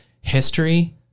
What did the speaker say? history